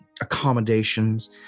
accommodations